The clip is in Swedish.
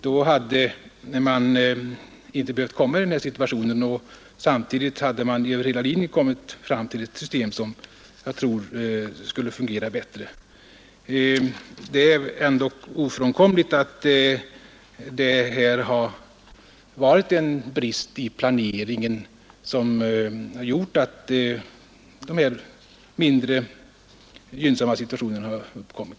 Då hade man inte behövt komma i detta dilemma, och samtidigt hade man över hela linjen fått ett system som skulle fungerat bättre. Det är ändå ofrånkomligt att det varit en brist i planeringen som gjort att de här mindre gynnsamma situationerna uppkommit.